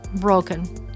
broken